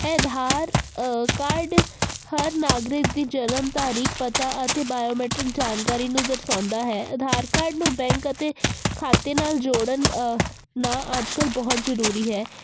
ਆਧਾਰ card ਹਰ ਨਾਗਰਿਕ ਦੀ ਜਨਮ ਤਰੀਕ ਪਤਾ ਅਤੇ ਬਾਇਓਮੈਟਰਿਕ ਜਾਣਕਾਰੀ ਨੂੰ ਦਰਸਾਉਂਦਾ ਹੈ ਆਧਾਰ ਕਾਰਡ ਨੂੰ ਬੈਂਕ ਅਤੇ ਖਾਤੇ ਨਾਲ ਜੋੜਨ ਅ ਨਾ ਅੱਜ ਕੱਲ੍ਹ ਬਹੁਤ ਜ਼ਰੂਰੀ ਹੈ